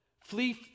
Flee